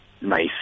Nice